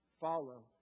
follow